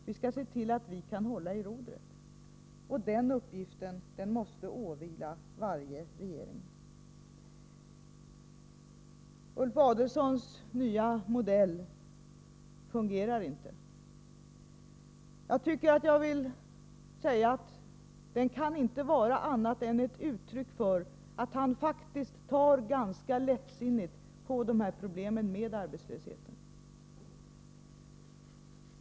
Vi skall se till att vi kan hålla i rodret, och den uppgiften måste åvila varje regering. Ulf Adelsohns nya modell fungerar inte. Den kan inte vara annat än ett uttryck för att han faktiskt tar ganska lättsinnigt på dessa problem med arbetslösheten.